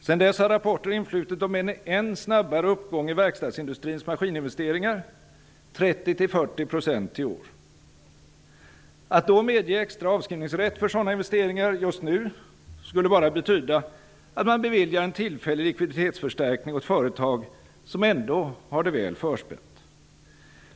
Sedan dess har rapporter influtit om en än snabbare uppgång i verkstadsindustrins maskininvesteringar -- 30--40 % i år. Att då medge extra avskrivningsrätt för sådana investeringar just nu skulle bara betyda att man beviljar en tillfällig likviditetsförstärkning åt företag som ändå har det väl förspänt.